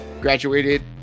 graduated